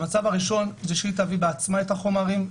המצב הראשון, היא תביא בעצמה את החומרים.